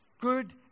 good